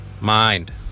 Mind